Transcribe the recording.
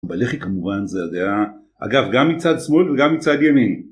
בלח"י כמובן זה עדיין, אגב, גם מצד שמאל וגם מצד ימין.